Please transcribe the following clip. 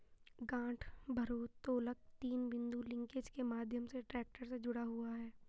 गांठ भारोत्तोलक तीन बिंदु लिंकेज के माध्यम से एक ट्रैक्टर से जुड़ा हुआ है